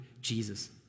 Jesus